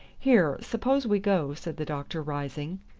here, suppose we go, said the doctor, rising.